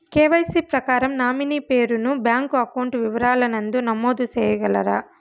KYC ప్రకారం nominee పేరు ను బ్యాంకు అకౌంట్ వివరాల నందు నమోదు సేయగలరా?